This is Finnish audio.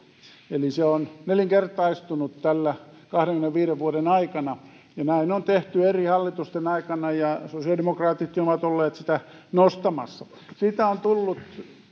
eli se on nelinkertaistunut kahdenkymmenenviiden vuoden aikana ja näin on tehty eri hallitusten aikana ja sosiaalidemokraatitkin ovat olleet sitä nostamassa siitä on tullut